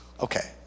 Okay